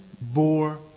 bore